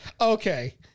okay